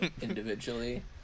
individually